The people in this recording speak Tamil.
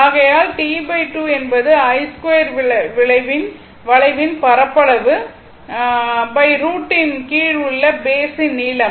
ஆகையால் T2 என்பது I2 வளைவின் பரப்பளவு ரூட்டின் கீழ் உள்ள பேஸ் ன் நீளம்